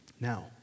Now